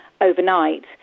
overnight